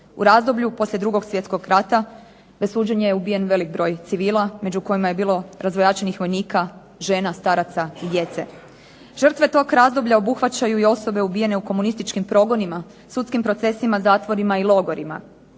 U razdoblju poslije 2. svjetskog rata bez suđenja je ubijen veliki broj civila, među kojima je bilo razvojačenih vojnika, žena, staraca i djece. Žrtve toga razdoblja obuhvaćaju i osobe ubijene u komunističkim progonima, sudskim procesima, zatvorima i logorima.